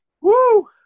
Woo